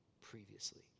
previously